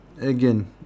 Again